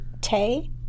Tay